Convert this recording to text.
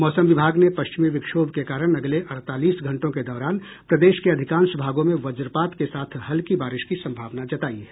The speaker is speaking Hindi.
मौसम विभाग ने पश्चिमी विक्षोभ के कारण अगले अड़तालीस घंटों के दौरान प्रदेश के अधिकांश भागों में वज्रपात के साथ हल्की बारिश की सम्भावना जतायी है